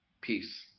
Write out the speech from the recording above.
peace